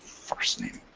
first name.